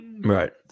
right